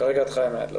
כרגע את חיה מהיד לפה.